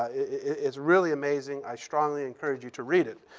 it's really amazing. i strongly encourage you to read it.